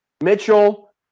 Mitchell